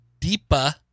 Deepa